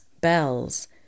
bells